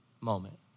moment